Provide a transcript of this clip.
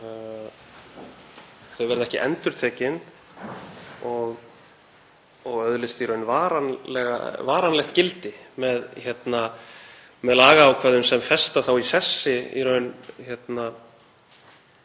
þá verði ekki endurtekin og öðlist í raun varanlegt gildi með lagaákvæðum sem festa þá í sessi þessa